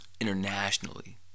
internationally